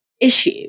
issue